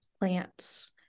plants